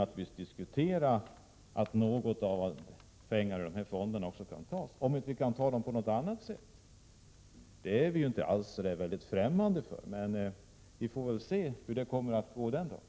naturligtvis kan diskutera att ta något av pengarna ur dessa fonder — om vi inte kan ta dem på något annat sätt, vilket vi inte är helt ffrämmande för. Detta får vi emellertid se den dag detta skulle bli aktuellt.